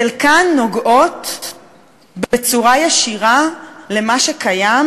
חלקן נוגעות בצורה ישירה למה שקיים